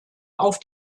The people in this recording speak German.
auf